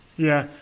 yeah,